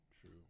True